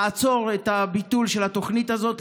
לעצור את הביטול של התוכנית הזאת,